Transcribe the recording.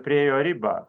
priėjo ribą